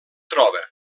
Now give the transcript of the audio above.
troba